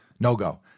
no-go